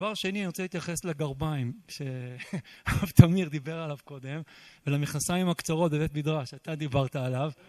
דבר שני, אני רוצה להתייחס לגרביים, שהרב תמיר דיבר עליו קודם, ולמכנסיים הקצרות לבית מדרש שאתה דיברת עליו